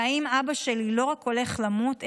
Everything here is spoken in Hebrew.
האם אבא שלי לא רק הולך למות,